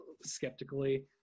skeptically